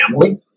family